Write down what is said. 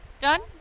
done